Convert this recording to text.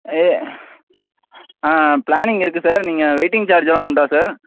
எ planning இருக்கு sir நீங்கள் waiting சார்ஜ்லாம் உண்டா சார்